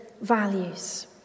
values